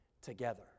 together